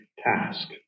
task